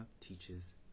teaches